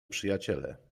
przyjaciele